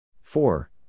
Four